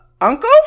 uncle